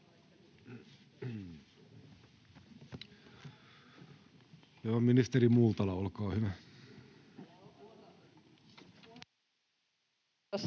ministeri Meri, olkaa hyvä,